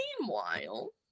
Meanwhile